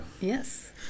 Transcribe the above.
Yes